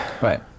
Right